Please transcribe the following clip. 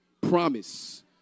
Promise